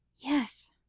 yes,